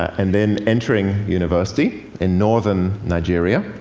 and then entering university in northern nigeria.